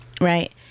Right